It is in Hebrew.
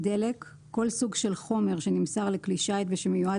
"דלק" כל סוג של חומר שנמסר לכלי שיט ושמיועד